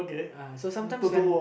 uh so sometimes when